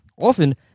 often